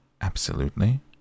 Absolutely